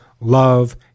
love